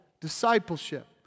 discipleship